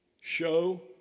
Show